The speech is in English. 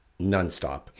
nonstop